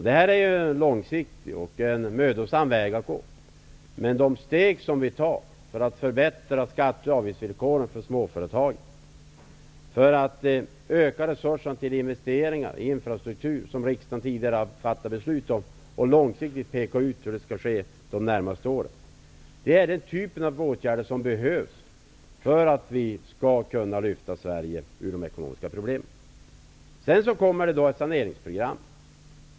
Det här är en långsiktig och mödosam väg att gå, men de steg som vi tar för att förbättra skatte och avgiftsvillkoren för småföretagen, för att öka resurserna till investeringar i infrastruktur -- som riksdagen tidigare har fattat beslut om och långsiktigt pekat ut hur det skall ske de närmaste åren -- är den typ av åtgärder som behövs för att vi skall kunna lyfta Sverige ur de ekonomiska problemen. Sedan kommer ett saneringsprogram.